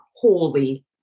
holy